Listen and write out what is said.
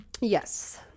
yes